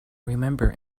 remember